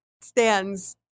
stands